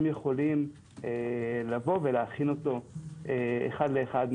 הם יכולים לבוא ולהכין אותו אחד לאחד,